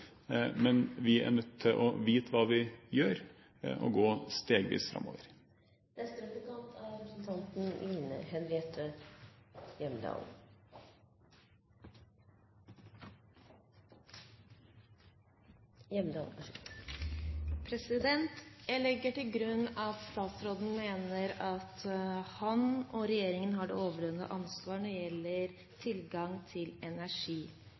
Men vi er nødt til å vite hva vi gjør, og gå stegvis framover. Jeg legger til grunn at statsråden mener at han og regjeringen har det overordnede ansvar når det gjelder tilgang på energi,